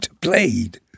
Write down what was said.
played